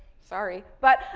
sorry. but,